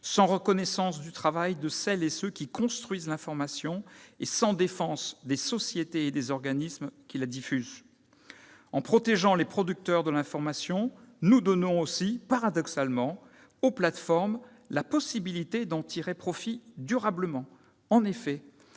sans reconnaissance du travail de celles et ceux qui construisent l'information et sans défense des sociétés et des organismes qui la diffusent. En protégeant les producteurs de l'information, nous donnons aussi, paradoxalement, aux plateformes la possibilité d'en tirer profit durablement. En effet,